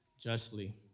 justly